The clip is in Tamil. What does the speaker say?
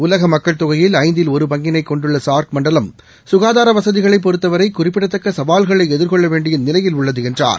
உலக மக்கள் தொகையில் ஐந்தில் ஒரு பங்கிளை கொண்டுள்ள சார்க் மண்டலம் சுகாதார வசதிகளை பொருத்தவரை குறிப்பிடத்தக்க சவால்களை எதிர்கொள்ளவேண்டிய நிலையில் உள்ளது என்றார்